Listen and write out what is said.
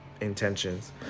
intentions